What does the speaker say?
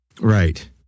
Right